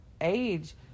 age